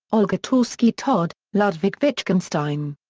olga taussky-todd, ludwig wittgenstein.